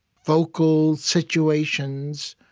focal situations,